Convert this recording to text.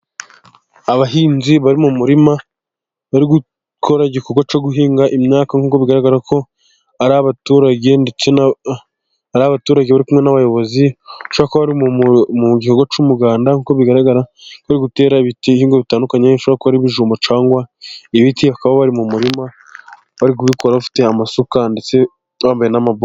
Abahinzi bari mu murima bari gukora igikorwa cyo guhinga imyaka, nk'uko bigaragara ko ari abaturage ndetse hari abaturage bari kumwe n'abayobozi bishoboka ko bari mu gikorwa cy'umuganda nk'uko bigaragara, bari gutera ibihingwa bitandukanye bishobora kuba ari ibijumba, cyangwa ibiti bakaba bari mu murima, bari gukora bafite amasuka ndetse bambaye n'amabote